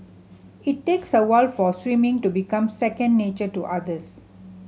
it takes a while for swimming to become second nature to otters